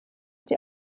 die